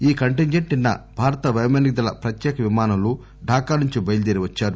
ఈ కంటింజెంట్ నిన్న భారత పైమానిక దళ ప్రత్యేక విమానంలో ఢాకా నుంచి బయలుదేరి వచ్చారు